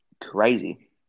crazy